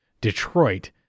Detroit